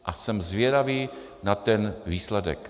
A jsem zvědavý na ten výsledek.